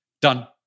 done